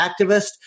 activist